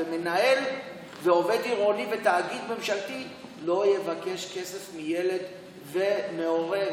ומנהל ועובד עירוני בתאגיד ממשלתי לא יבקש כסף מילד ומהורה.